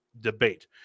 debate